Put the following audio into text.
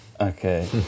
Okay